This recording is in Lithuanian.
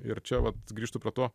ir čia vat grįžtu prie to